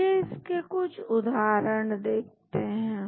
चलिए इसके कुछ उदाहरण देखते हैं